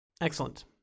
Excellent